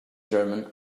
german